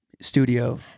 Studio